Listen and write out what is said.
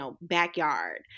backyard